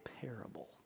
parable